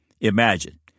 Imagine